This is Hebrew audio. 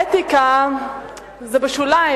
אתיקה זה בשוליים.